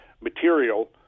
material